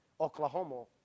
Oklahoma